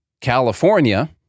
California